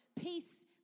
Peace